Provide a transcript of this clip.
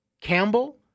Campbell